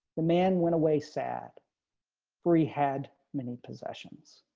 the man went away sad free had many possessions.